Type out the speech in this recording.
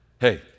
hey